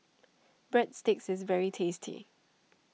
Breadsticks is very tasty